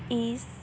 ਇਸ